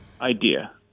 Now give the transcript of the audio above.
idea